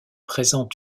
présentent